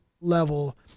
level